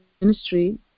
ministry